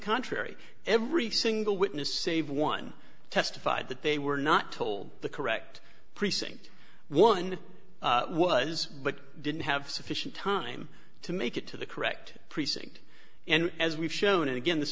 contrary every single witness save one testified that they were not told the correct precinct one was but didn't have sufficient time to make it to the correct precinct and as we've shown again this